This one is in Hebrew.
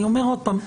אני אומר עוד פעם,